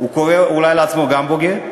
אולי הוא קורא גם לעצמו בוגד?